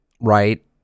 right